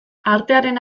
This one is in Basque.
artearen